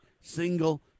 single